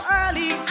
early